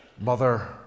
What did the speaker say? mother